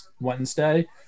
Wednesday